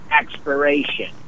expiration